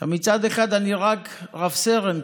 מצד אחד אני רק רב-סרן,